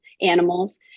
animals